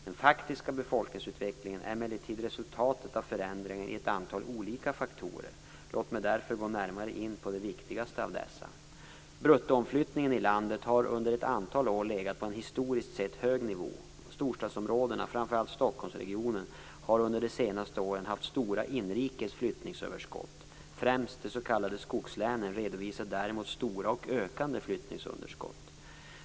Den faktiska befolkningsutvecklingen är emellertid resultatet av förändringar i ett antal olika faktorer. Låt mig därför gå närmare in på de viktigaste av dessa. Bruttoomflyttningen i landet har under ett antal år legat på en historiskt sett hög nivå. Storstadsområdena, framför allt Stockholmsregionen, har under de senaste åren haft stora inrikes flyttningsöverskott. Främst de s.k. skogslänen redovisar däremot stora och ökande flyttningsunderskott.